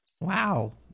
wow